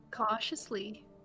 Cautiously